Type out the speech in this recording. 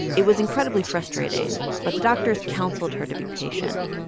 it was incredibly frustrating, but the doctors counseled her to be patient.